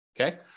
Okay